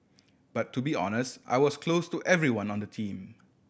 but to be honest I was close to everyone on the team